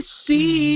see